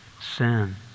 sin